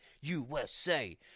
USA